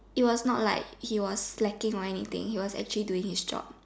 it was not like he was slacking or anything he was doing his job